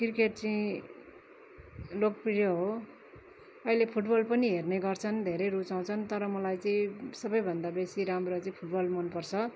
cricket चाहिँ लोकप्रिय हो अहिले फुटबल पनि हेर्ने गर्छन् धेरै रुचाउँछन् तर मलाई चाहिँ सबैभन्दा बेसी राम्रो चाहिँ फुटबल मनपर्छ